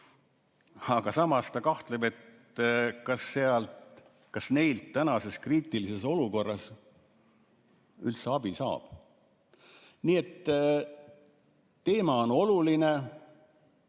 Aga samas ta kahtleb, et kas neilt tänases kriitilises olukorras üldse abi saab. Nii et teema on oluline.